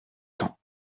temps